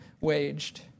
waged